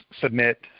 submit